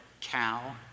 cow